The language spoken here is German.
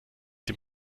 dem